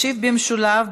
ישיב במשולב,